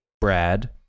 Brad